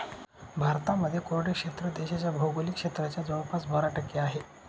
भारतामध्ये कोरडे क्षेत्र देशाच्या भौगोलिक क्षेत्राच्या जवळपास बारा टक्के आहे